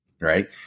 right